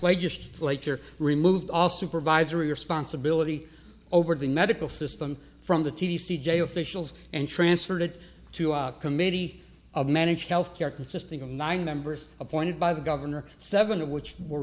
legislature removed all supervisory responsibility over the medical system from the t t c j officials and transferred it to our committee of managed health care consisting of nine members appointed by the governor seven of which were